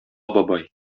бабай